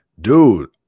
Dude